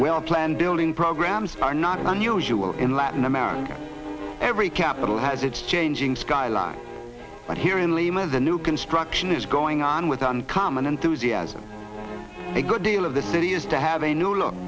well planned building programs are not unusual in latin america every capital has its changing skyline but here in lima the new construction is going on with uncommon enthusiasm a good deal of the city is to have a new look